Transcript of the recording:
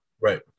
Right